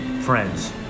friends